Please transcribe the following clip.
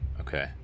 Okay